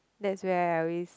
that's where I always